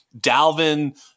Dalvin